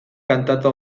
kantatu